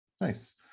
Nice